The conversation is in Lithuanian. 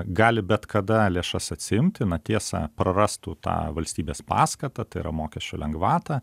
gali bet kada lėšas atsiimti na tiesą prarastų tą valstybės paskatą tai yra mokesčių lengvatą